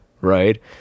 right